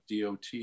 DOT